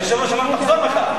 היושב-ראש אמר לו: תחזור בך.